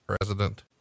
president